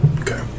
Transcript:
Okay